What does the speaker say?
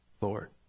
Lord